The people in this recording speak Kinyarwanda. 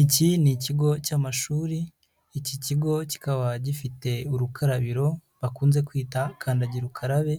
Iki ni ikigo cy'amashuri, iki kigo kikaba gifite urukarabiro bakunze kwita kandagira ukararabe,